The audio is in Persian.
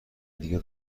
دیگه